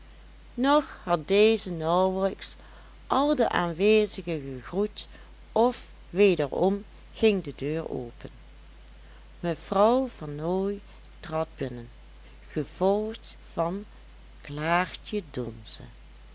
nog had deze nauwelijks al de aanwezigen gegroet of wederom ging de deur open mevrouw vernooy trad binnen gevolgd van klaartje donze